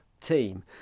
team